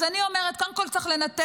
אז אני אומרת, קודם כול צריך לנתק,